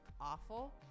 awful